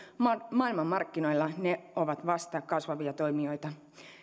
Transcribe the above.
maailmanmarkkinoilla ne ovat vasta kasvavia toimijoita